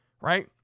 right